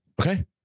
Okay